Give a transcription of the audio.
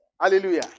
Hallelujah